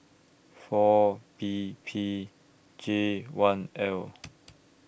four B P J one L